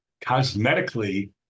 cosmetically